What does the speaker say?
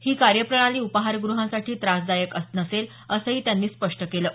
ही कार्यप्रणाली उपाहारग्रहांसाठी त्रासदायक नसेल असंही त्यांनी स्पष्ट केलं आहे